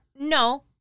No